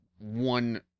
one